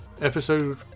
Episode